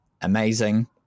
amazing